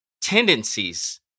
tendencies